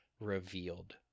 revealed